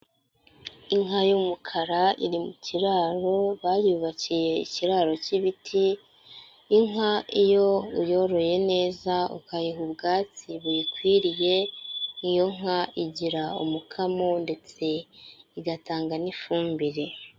Inka y'umukara iri mu kiraro, bayubakiye ikiraro cy'ibiti, inka iyo uyoroye neza ukayiha ubwatsi buyikwiriye, iyo nka igira umukamo ndetse igatanga n'ifumbire.